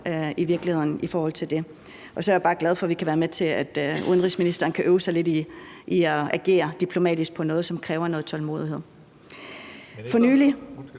i forhold til det. Og så er jeg bare glad for, at vi kan være med til, at udenrigsministeren kan øve sig lidt i at agere diplomatisk på noget, som kræver noget tålmodighed.